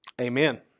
amen